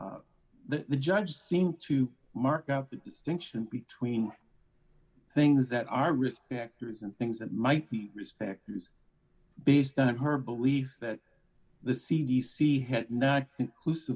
the judge seemed to mark out the distinction between things that are risk factors and things that might be respected based on her belief that the c d c had